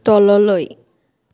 তললৈ